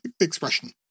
expression